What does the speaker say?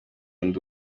ndi